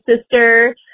sister